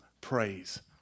praise